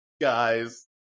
guys